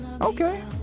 Okay